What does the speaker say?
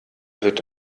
wird